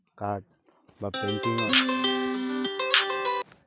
card বা পেইণ্টিংত